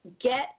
Get